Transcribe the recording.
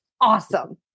awesome